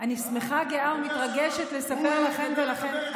אני שמחה גאה ומתרגשת לספר לכם ולכן,